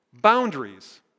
boundaries